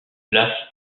place